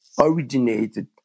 originated